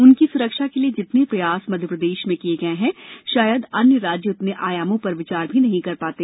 उनकी सुरक्षा के लिये जितने प्रयास मंध्यप्रदेश में किये गए हैं शायद अन्य राज्य उतने आयामों पर विचार भी नहीं कर पाते